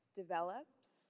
develops